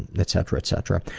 and etc, etc.